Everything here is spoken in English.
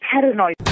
paranoid